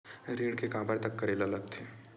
ऋण के काबर तक करेला लगथे?